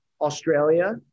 Australia